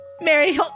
Mary